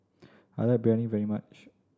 I like Biryani very much